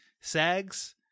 sags